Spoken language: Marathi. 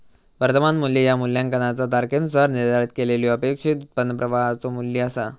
वर्तमान मू्ल्य ह्या मूल्यांकनाचा तारखेनुसार निर्धारित केलेल्यो अपेक्षित उत्पन्न प्रवाहाचो मू्ल्य असा